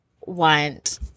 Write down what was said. want